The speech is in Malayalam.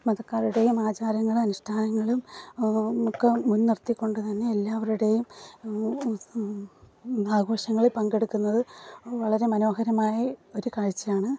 മതക്കാരുടെയും ആചാരങ്ങളും അനുഷ്ഠാനങ്ങളും ഒക്കെ മുൻ നിർത്തിക്കൊണ്ടു തന്നെ എല്ലാവരുടെയും ആഘോഷങ്ങളിൽ പങ്കെടുക്കുന്നത് വളരെ മനോഹരമായി ഒരു കാഴ്ചയാണ്